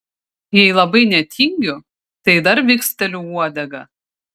jei labai netingiu tai dar viksteliu uodega